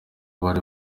abari